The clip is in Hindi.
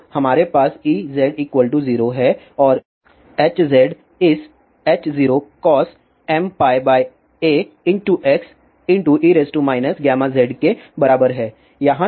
तो हमारे पास Ez 0 है और Hz इस H0cos mπax e γzकेबराबर है